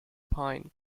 pine